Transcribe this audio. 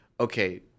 okay